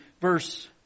verse